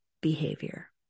behavior